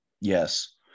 yes